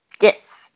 Yes